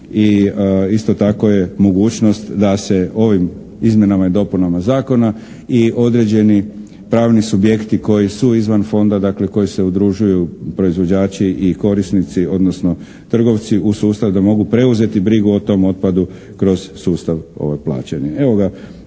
i isto tako je mogućnost da se ovim izmjenama i dopunama zakona i određeni pravni subjekti koji su izvan fonda, dakle koji se udružuju proizvođači i korisnici odnosno trgovci u sustav da mogu preuzeti brigu o tom otpadu kroz sustav plaćanja.